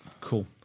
Cool